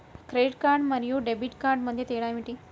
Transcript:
Credit card మరియు debit card మధ్య తేడా ఏమిటి?